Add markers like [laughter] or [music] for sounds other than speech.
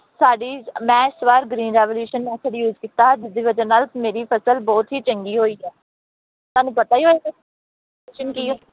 ਸਾਡੀ ਮੈਂ ਇਸ ਵਾਰ ਗ੍ਰੀਨ ਰੈਵੋਲੂਸ਼ਨ ਮੈਥਡ ਯੂਜ ਕੀਤਾ ਜਿਸ ਦੇ ਵਿੱਚ [unintelligible] ਮੇਰੀ ਫ਼ਸਲ ਬਹੁਤ ਹੀ ਚੰਗੀ ਹੋਈ ਹੈ ਤੁਹਾਨੂੰ ਪਤਾ ਹੀ ਹੋਏਗਾ [unintelligible] ਕਿ